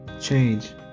change